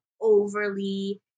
overly